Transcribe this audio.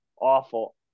awful